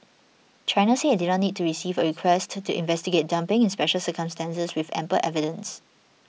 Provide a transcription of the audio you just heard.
China said it did not need to receive a request to do investigate dumping in special circumstances with ample evidence